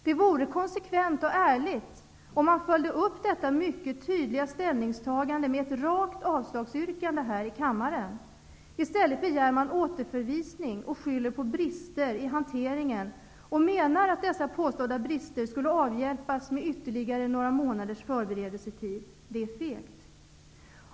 Det vore konsekvent och ärligt om man följde upp detta mycket tydliga ställningstagande med ett rakt avslagsyrkande här i kammaren. Men i stället begär man återförvisning och skyller på brister i hanteringen. Man menar att dessa påstådda brister skulle kunna avhjälpas med ytterligare några månaders förberedelsetid. Det är fegt.